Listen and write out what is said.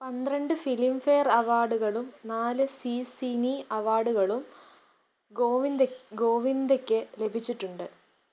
പന്ത്രണ്ട് Filmfare അവാർഡുകളും നാല് സീ സിനി അവാർഡുകളും ഗോവിന്ദ് ഗോവിന്ദയ്ക്ക് ലഭിച്ചിട്ടുണ്ട്